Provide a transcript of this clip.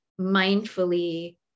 mindfully